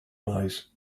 night